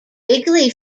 wrigley